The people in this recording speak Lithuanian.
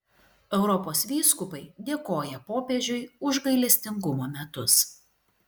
europos vyskupai dėkoja popiežiui už gailestingumo metus